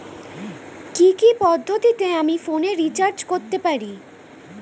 কি কি পদ্ধতিতে আমি ফোনে রিচার্জ করতে পারি?